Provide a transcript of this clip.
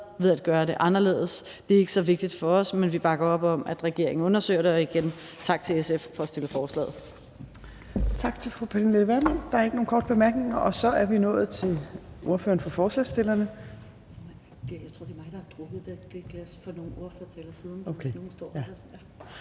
ved at gøre det anderledes, er ikke så vigtigt for os. Men vi bakker op om, at regeringen undersøger det. Og igen vil jeg sige tak til SF for at fremsætte forslaget.